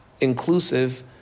inclusive